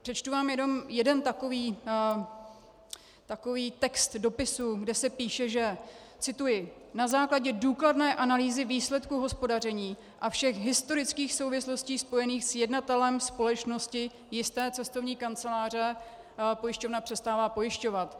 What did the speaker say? Přečtu vám jenom jeden takový text dopisu, kde se píše, že cituji na základě důkladné analýzy výsledku hospodaření a všech historických souvislostí spojených s jednatelem společnosti jisté cestovní kanceláře pojišťovna přestává pojišťovat.